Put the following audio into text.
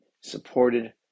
supported